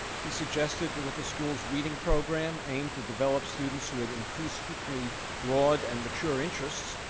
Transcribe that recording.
he suggested that if a school's reading program aimed to develop students who had increasingly broad and mature interests,